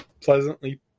pleasantly